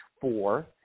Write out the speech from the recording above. four